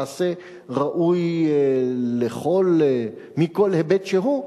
מעשה ראוי מכל היבט שהוא.